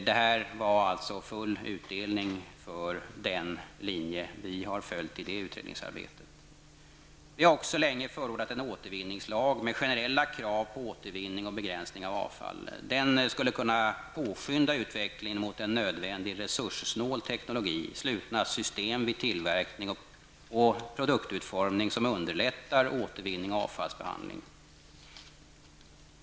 Det blev alltså full utdelning för den linje vi har följt i detta utredningsarbete. Folkpartiet liberalerna har länge förordat en återvinningslag med generella krav på återvinning och begränsning av avfall. Den skulle kunna påskynda utvecklingen mot en nödvändig resurssnål teknologi samt slutna system vid tillverkning och produktutformning, som underlättar återvinning och avfallsbehandling.